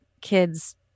kids